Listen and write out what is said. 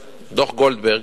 דוח-גולדברג,